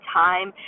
time